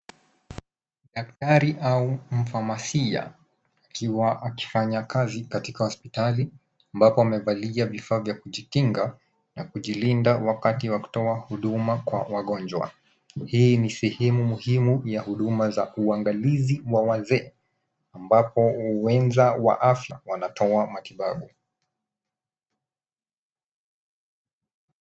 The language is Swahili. Daktari au mfamasia, ikiwa akifanya kazi katika hospitali, ambapo wamevalia vifaa vya kujikinga na kujilinda wakati wa kutoa huduma kwa wagonjwa. Hii ni sehemu muhimu ya huduma za uangalizi wa wazee, ambapo wenza wa afya wanatoa matibabu.